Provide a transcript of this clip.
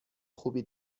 خوبی